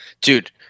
dude